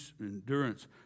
endurance